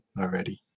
already